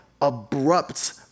abrupt